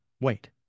wait